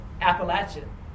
Appalachian